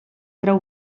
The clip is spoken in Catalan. trau